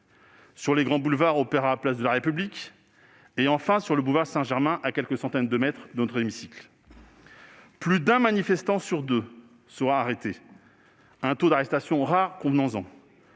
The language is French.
un axe Grands Boulevards-Opéra-place de la République et le boulevard Saint-Germain, à quelques centaines de mètres de notre hémicycle. Plus d'un manifestant sur deux sera arrêté ce soir-là- un taux d'arrestation rare, convenons-en.